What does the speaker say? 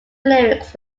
lyrics